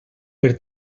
per